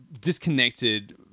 disconnected